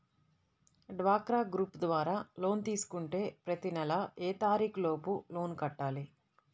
డ్వాక్రా గ్రూప్ ద్వారా లోన్ తీసుకుంటే ప్రతి నెల ఏ తారీకు లోపు లోన్ కట్టాలి?